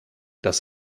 das